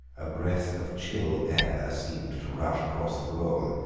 a breath of chill air seemed to rush across the room,